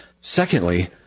Secondly